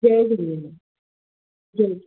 जय Jhulelal जय